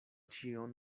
ĉion